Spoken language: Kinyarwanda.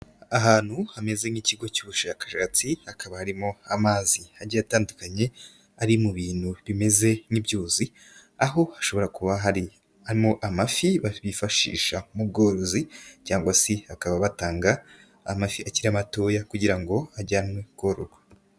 Ahantu hameze nk'ikigo cy'ubushakashatsi hakaba harimo amazi agiye atandukanye ari mu bintu bimeze nk'ibyuzi, aho hashobora kuba hari harimo amafi babifashisha mu bworozi cyangwa se bakaba batanga amafi akiri matoya kugira ngo ajyanwe kororwa.